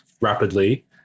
rapidly